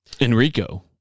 Enrico